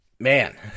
Man